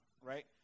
right